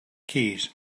keys